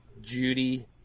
Judy